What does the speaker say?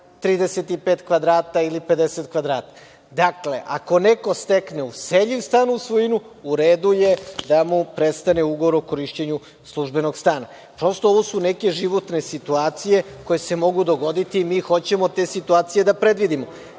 35 kvadrata ili 50 kvadrata. Dakle, ako neko stekne useljiv stan u svojinu, u redu je da mu prestaje ugovor o korišćenju službenog stana. Prosto, ovo su neke životne situacije koje se mogu dogoditi i mi hoćemo da te situacije